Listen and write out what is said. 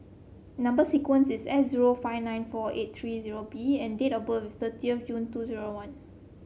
number sequence is S zero five nine four eight three zero B and date of birth is thirtieth of June two zero one